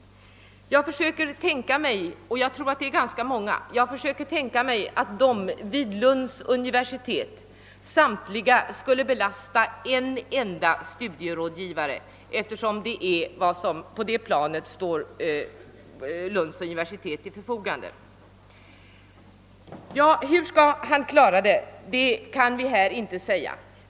Jag har tänkt på och det tror jag att många andra också har gjort — hur det skulle bli om samtliga studenter vid Lunds universitet skulle belasta en enda studierådgivare.. Det är nämligen vad som står till universitetets förfogande. Hur skulle han kunna klara den saken? Ja, det vet vi inte.